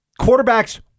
quarterbacks